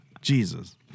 Jesus